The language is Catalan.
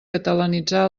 catalanitzar